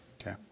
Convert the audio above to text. Okay